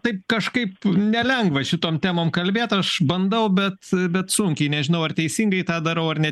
tai kažkaip nelengva šitom temom kalbėt aš bandau bet bet sunkiai nežinau ar teisingai tą darau ar ne